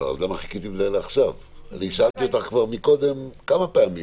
אני מצפה מבנק ישראל לעשות פעולות פנימה,